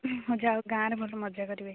ହଁ ଯାହାହେଉ ଗାଁରେ ଭଲ ମଜା କରିବେ